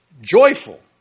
joyful